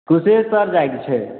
कुशेश्वर जाइके छै